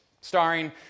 starring